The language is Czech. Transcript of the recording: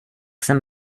jsem